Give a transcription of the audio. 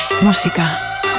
música